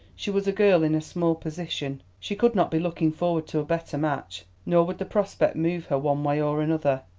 she was a girl in a small position. she could not be looking forward to a better match. nor would the prospect move her one way or another.